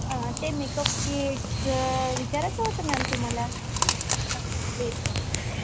ते मेकअप किटचं विचारायचं होतं मॅम तुम्हाला ते